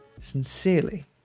Sincerely